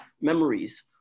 memories